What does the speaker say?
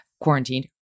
quarantined